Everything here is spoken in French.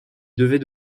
devait